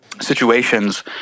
situations